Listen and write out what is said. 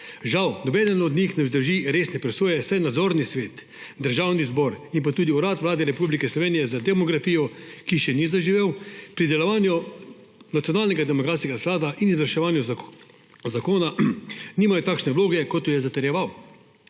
Žal nobeden od njih ne vzdrži resne presoje, saj nadzorni svet, Državni zbor in pa tudi urad Vlade Republike Slovenije za demografijo, ki še ni zaživel, pri delovanju nacionalnega demografskega sklada in izvrševanju zakona nimajo takšne vloge, kot jo je zatrjeval.